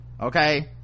okay